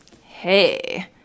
hey